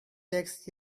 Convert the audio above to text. legs